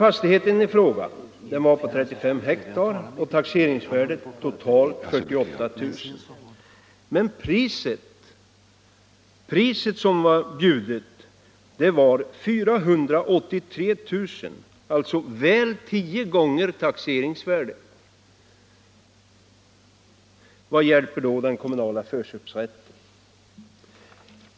Fastigheten i fråga var på 35 hektar och taxeringsvärdet var totalt 48 000 kr. Men priset var 483 000 kr., alltså väl tio gånger taxeringsvärdet. Vad hjälper då den kommunala förköpsrätten?